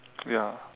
ya